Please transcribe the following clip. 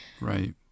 Right